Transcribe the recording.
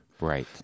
Right